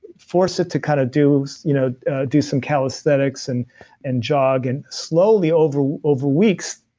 force it to kind of do you know do some calisthenics and and job, and slowly over over weeks,